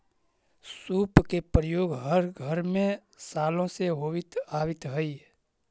सूप के प्रयोग हर घर में सालो से होवित आवित हई